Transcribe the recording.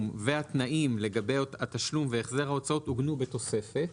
והתנאים לגבי התשלום והחזר ההוצאות עוגנו בתוספת.